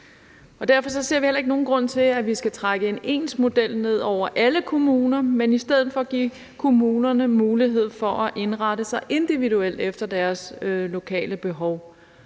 Derfor ser vi heller ikke nogen grund til, at vi skal trække en ens model ned over alle kommuner, men i stedet skal vi give kommunerne mulighed for at indrette sig individuelt efter deres lokale behov.